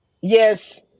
Yes